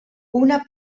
una